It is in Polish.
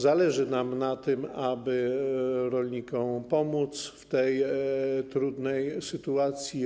Zależy nam na tym, aby rolnikom pomóc w tej trudnej sytuacji.